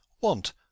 want